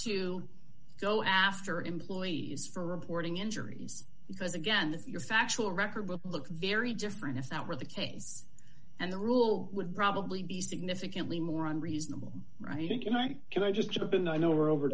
to go after employees for reporting injuries because again your factual record will look very different if that were the case and the rule would probably be significantly more on reasonable right thinking i can i just jump in i know we're over